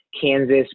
Kansas